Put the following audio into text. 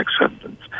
acceptance